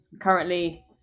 currently